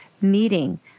meeting